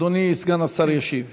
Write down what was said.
אדוני סגן השר ישיב.